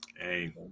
Hey